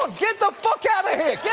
get the fuck outta here.